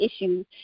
issues